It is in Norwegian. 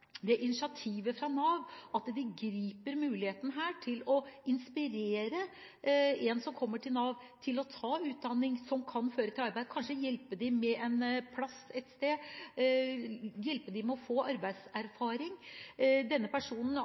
fra Nav, at de griper muligheten til å inspirere dem som kommer til Nav, til å ta utdanning som kan føre til arbeid, kanskje hjelper dem med en plass et sted, og hjelper dem med å få arbeidserfaring. Denne personen